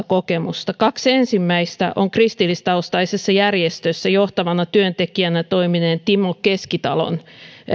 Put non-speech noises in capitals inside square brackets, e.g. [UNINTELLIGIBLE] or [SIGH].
[UNINTELLIGIBLE] kokemuksesta kaksi ensimmäistä on kristillistaustaisessa järjestössä johtavana työntekijänä toimineen timo keskitalon